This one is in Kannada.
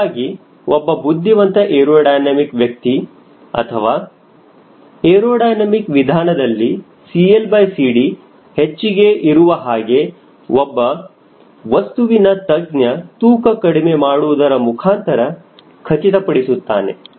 ಹೀಗಾಗಿ ಒಬ್ಬ ಬುದ್ಧಿವಂತ ಏರೋಡೈನಮಿಕ್ ವ್ಯಕ್ತಿ ಅಥವಾ ಏರೋಡೈನಮಿಕ್ ವಿಧಾನದಲ್ಲಿ CLCD ಹೆಚ್ಚಿಗೆ ಇರುವ ಹಾಗೆ ಹಾಗೂ ಒಬ್ಬ ವಸ್ತುವಿನ ತಜ್ಞ ತೂಕ ಕಡಿಮೆ ಮಾಡುವುದರ ಮುಖಾಂತರ ಖಚಿತಪಡಿಸುತ್ತಾನೆ